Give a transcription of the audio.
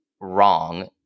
wrong